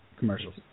commercials